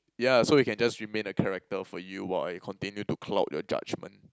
yeah so we can just remain the character for you while I continue to cloud your judgement